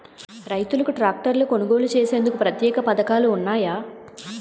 రైతులకు ట్రాక్టర్లు కొనుగోలు చేసేందుకు ప్రత్యేక పథకాలు ఉన్నాయా?